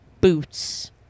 boots